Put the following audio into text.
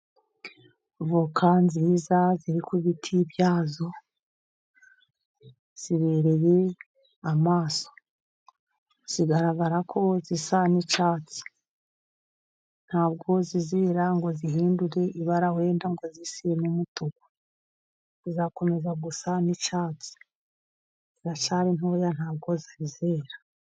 Voka nziza ziri ku biti byazo, zibereye amaso. Zigaragara ko zisa n’icyatsi, ntabwo zizera ngo zihindure ibara wenda ngo zise n’umutuku. Zizakomeza gusa n’icyatsi, ziracyari ntoya, ntabwo zari zera.